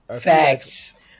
facts